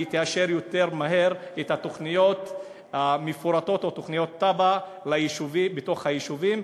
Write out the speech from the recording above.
והיא תאשר יותר מהר את התוכניות המפורטות או את התב"ע בתוך היישובים,